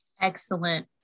Excellent